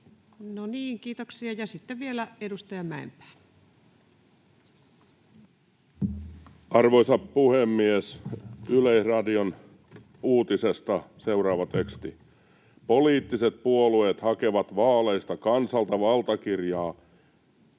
20.6.2023 Time: 12:19 Content: Arvoisa puhemies! Yleisradion uutisesta seuraava teksti: ”Poliittiset puolueet hakevat vaaleista kansalta valtakirjaa,